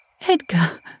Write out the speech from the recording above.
Edgar